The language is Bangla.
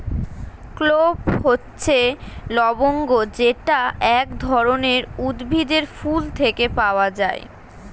ক্লোভ হচ্ছে লবঙ্গ যেটা এক ধরনের উদ্ভিদের ফুল থেকে পাওয়া